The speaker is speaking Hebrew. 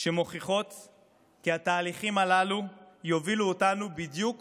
שמוכיחות כי התהליכים הללו יובילו אותנו בדיוק